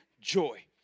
joy